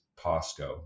POSCO